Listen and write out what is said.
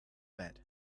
bed